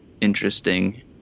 interesting